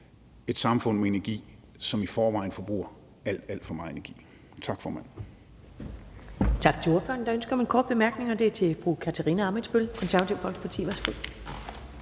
et samfund med energi, som i forvejen forbruger alt, alt for meget energi. Tak, formand.